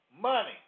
money